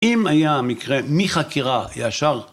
אם היה מקרה מחקירה ישר